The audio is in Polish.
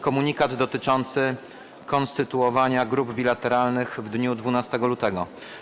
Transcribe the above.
Komunikat dotyczący konstytuowania grup bilateralnych w dniu 12 lutego.